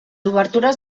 obertures